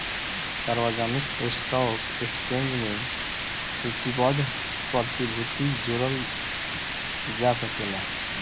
सार्वजानिक stock exchange में सूचीबद्ध प्रतिभूति जोड़ल जा सकेला